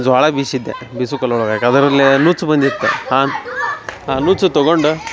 ಜ್ವಾಳ ಬೀಸಿದ್ದೆ ಬೀಸು ಕಲ್ಲೊಳಗೆ ಹಾಕಿ ಅದರಲ್ಲೇ ನುಚ್ಚ್ ಬಂದಿತ್ತ ಆ ನುಚ್ಚ್ ತೊಗೊಂಡ